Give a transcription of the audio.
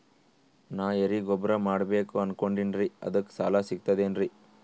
ನಾ ಎರಿಗೊಬ್ಬರ ಮಾಡಬೇಕು ಅನಕೊಂಡಿನ್ರಿ ಅದಕ ಸಾಲಾ ಸಿಗ್ತದೇನ್ರಿ?